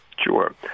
Sure